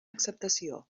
acceptació